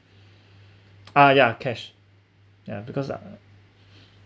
ah yeah cash yeah because